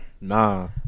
nah